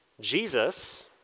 Jesus